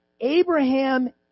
Abraham